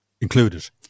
included